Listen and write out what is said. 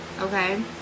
Okay